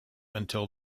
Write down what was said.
until